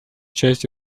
часть